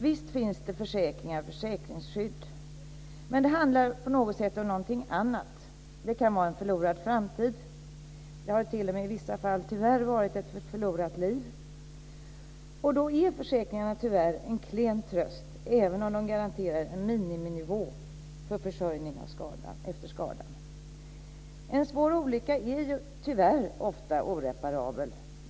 Visst finns det försäkringar och försäkringsskydd. Men det handlar på något sätt om någonting annat. Det kan vara en förlorad framtid. Det har t.o.m. i vissa fall tyvärr varit ett förlorat liv. Då är försäkringarna en klen tröst, även om de garanterar en miniminivå för försörjning efter skada. En svår olycka är tyvärr ofta oreparabel.